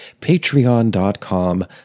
patreon.com